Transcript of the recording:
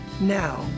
Now